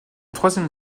troisième